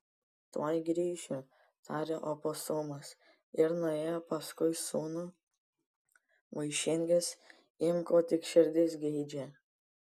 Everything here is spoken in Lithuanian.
tuoj grįšiu tarė oposumas ir nuėjo paskui sūnų vaišinkis imk ko tik širdis geidžia